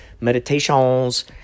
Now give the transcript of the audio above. meditations